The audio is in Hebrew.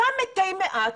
אותם מתי מעט,